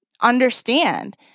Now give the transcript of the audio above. understand